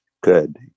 good